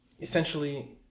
essentially